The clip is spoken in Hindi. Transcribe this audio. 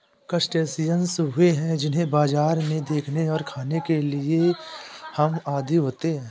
क्रस्टेशियंस वे हैं जिन्हें बाजारों में देखने और खाने के हम आदी होते हैं